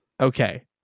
Okay